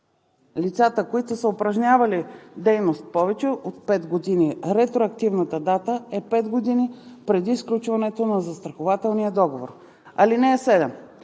лицата, които са упражнявали дейност повече от 5 години, ретроактивната дата е 5 години преди сключването на застрахователния договор. (7)